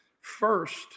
first